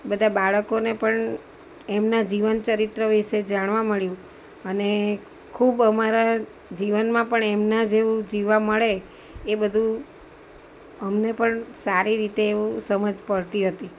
બધા બાળકોને પણ એમના જીવનચરિત્ર વિશે જાણવા મળ્યું અને ખૂબ અમારા જીવનમાં પણ એમના જેવું જીવવા મળે એ બધું અમને પણ સારી રીતે એવું સમજ પડતી હતી